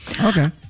okay